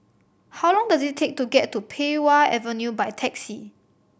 how long does it take to get to Pei Wah Avenue by taxi